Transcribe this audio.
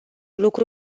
lucru